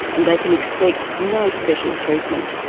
and they can expect no special treatment.